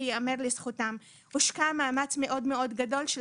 יאמר לזכותם שהושקע מאמץ מאוד מאוד גדול של